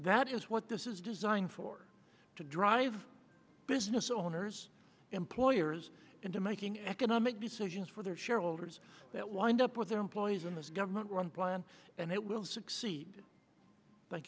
that is what this is designed for to drive business owners employers into making economic decisions for their shareholders that wind up with their employees in this government run plan and it will succeed